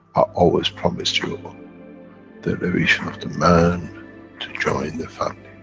always promised you ah the elevation of the man to join the family,